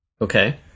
Okay